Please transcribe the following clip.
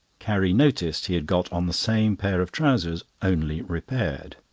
carrie noticed he had got on the same pair of trousers, only repaired.